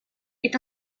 est